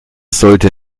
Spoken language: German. sollte